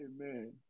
Amen